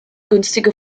günstige